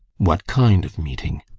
what kind of meeting?